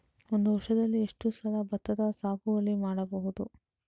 ಒಂದು ವರ್ಷದಲ್ಲಿ ಎಷ್ಟು ಸಲ ಭತ್ತದ ಸಾಗುವಳಿ ಮಾಡಬಹುದು?